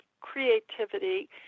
creativity